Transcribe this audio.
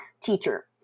teacher